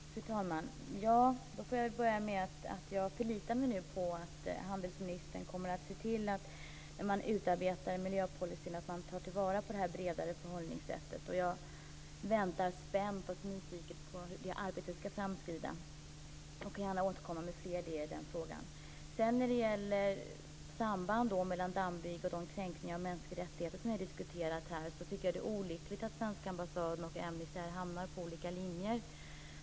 Fru talman! Då får jag börja med att säga att jag nu förlitar mig på att handelsministern kommer att se till, när man utarbetar miljöpolicyn, att man tar till vara det bredare förhållningssättet. Jag väntar spänt och nyfiket på hur det arbetet skall framskrida. Jag vill gärna återkomma med fler idéer i den frågan. När det gäller sambandet mellan dammbygget och de kränkningar av mänskliga rättigheter som vi har diskuterat här tycker jag att det är olyckligt att svenska ambassaden och Amnesty här hamnar på olika linjer.